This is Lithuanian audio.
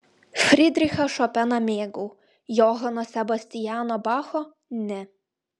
fridrichą šopeną mėgau johano sebastiano bacho ne